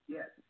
Yes